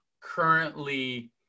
currently